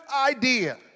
idea